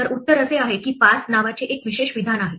तर उत्तर असे आहे की pass नावाचे एक विशेष विधान आहे